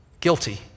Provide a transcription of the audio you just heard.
Guilty